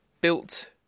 built